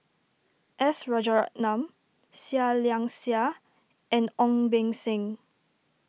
S Rajaratnam Seah Liang Seah and Ong Beng Seng